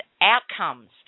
outcomes